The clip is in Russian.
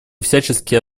всячески